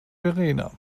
verena